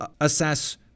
assess